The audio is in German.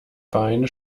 beine